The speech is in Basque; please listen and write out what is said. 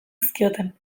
zizkioten